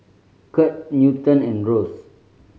Kirt Newton and Rose